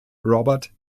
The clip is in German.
robert